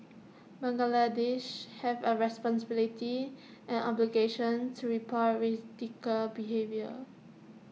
Bangladeshis have A responsibility and obligation to report behaviour